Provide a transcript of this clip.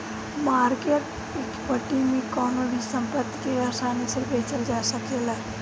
market equity में कवनो भी संपत्ति के आसानी से बेचल जा सकेला